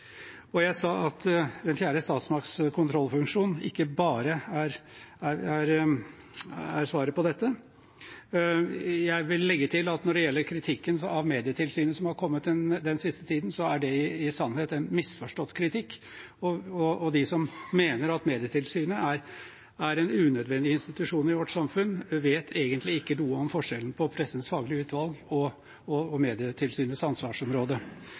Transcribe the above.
noensinne. Jeg sa at den fjerde statsmakts kontrollfunksjon ikke er svaret på dette alene. Jeg vil legge til at når det gjelder kritikken av Medietilsynet som er kommet den siste tiden, så er det i sannhet en misforstått kritikk, og de som mener at Medietilsynet er en unødvendig institusjon i vårt samfunn, vet egentlig ikke noe om forskjellen mellom Pressens Faglige Utvalg og Medietilsynets ansvarsområde.